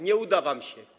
Nie uda wam się.